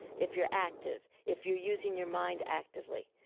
if you're active, if you're using your mind actively.